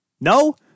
No